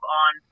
on